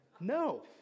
No